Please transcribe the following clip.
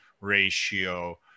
ratio